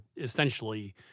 essentially